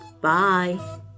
Bye